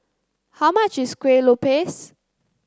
how much is Kuih Lopes